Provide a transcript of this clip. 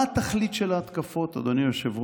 אבל מה התכלית של ההתקפות, אדוני היושב-ראש?